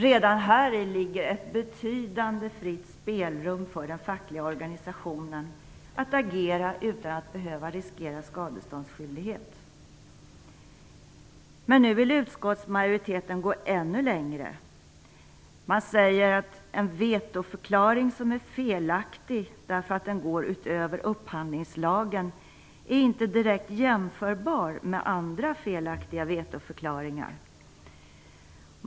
Redan häri ligger ett betydande spelrum för den fackliga organisationen att agera utan att behöva riskera skadeståndsskyldighet. Nu vill utskottsmajoriteten gå ännu längre. Man säger "En vetoförklaring som är felaktig därför att den går utöver upphandlingslagen är inte direkt jämförbar med andra felaktiga vetoförklaringar."